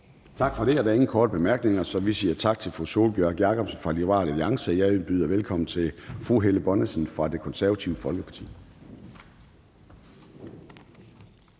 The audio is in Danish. Tak for det. Der er ingen korte bemærkninger, så vi siger tak til fru Sólbjørg Jakobsen fra Liberal Alliance. Jeg byder velkommen til fru Helle Bonnesen fra Det Konservative Folkeparti.